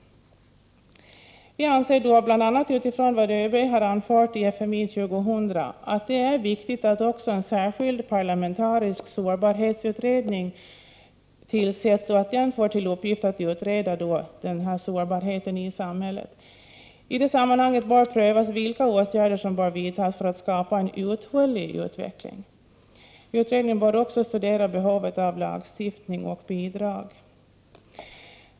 Vi anser, bl.a. utifrån vad ÖB har anfört i FMI 2000, att det är viktigt att en särskild parlamentarisk sårbarhetsutredning får till uppgift att utreda sårbarheten i samhället. I det sammanhanget bör prövas vilka åtgärder som bör vidtas för att skapa en uthållig utveckling. Utredningen bör också studera behovet av lagstiftning och bidrag.